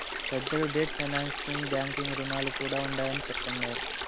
పెద్దలు debt financing బాంకీ రుణాలు కూడా ఉండాయని చెప్తండారు